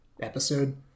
episode